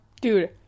Dude